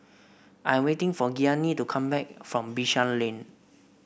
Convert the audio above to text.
I'm waiting for Gianni to come back from Bishan Lane